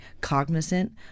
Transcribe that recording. cognizant